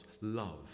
love